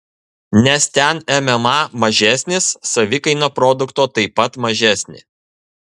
nes ten mma mažesnis savikaina produkto taip pat mažesnė